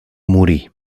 morir